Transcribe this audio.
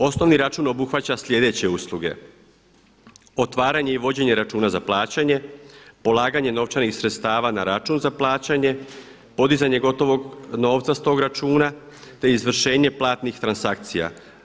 Osnovni račun obuhvaća sljedeće usluge: otvaranje i vođenje računa za plaćanje, polaganje novčanih sredstava na račun za plaćanje, podizanje gotovog novca s tog računa, te izvršenje platnih transakcija.